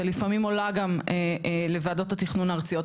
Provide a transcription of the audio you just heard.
ולפעמים עולה גם לוועדות התכנון הארציות.